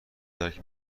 درک